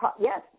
Yes